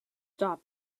stop